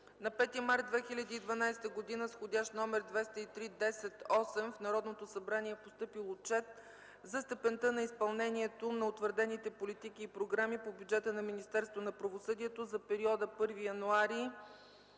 На 5 март 2012 г. с вх. № 203-10-8 в Народното събрание е постъпил Отчет за степента на изпълнението на утвърдените политики и програми по бюджета на Министерството на правосъдието за периода 1 януари